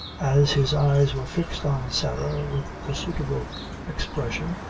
as his eyes were fixed on sarah with a suitable expression,